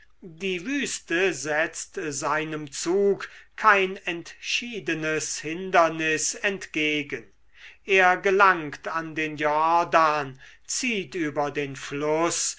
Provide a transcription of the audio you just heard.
die wüste setzt seinem zug kein entschiedenes hindernis entgegen er gelangt an den jordan zieht über den fluß